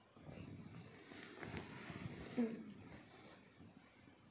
mm